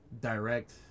direct